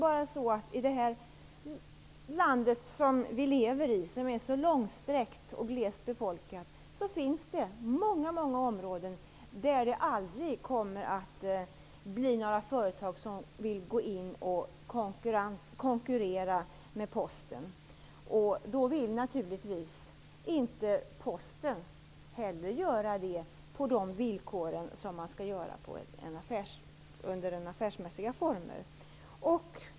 Men i vårt långsträckta och glest befolkade land finns det många områden där aldrig några företag kommer att vilja konkurrera med Posten. Då vill naturligtvis inte heller Posten göra det under affärsmässiga former.